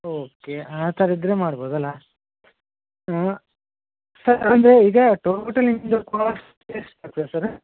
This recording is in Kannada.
ಓಕೆ ಆ ಥರ ಇದ್ದರೆ ಮಾಡ್ಬೋದಲ್ವಾ ಹ್ಞೂ ಸರ್ ಅಂದರೆ ಈಗ ಟೋಟಲಿ ನಿಮ್ಮದು ಕಾಸ್ಟ್ ಎಷ್ಟು ಸರ್ರ